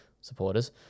supporters